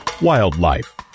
Wildlife